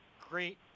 great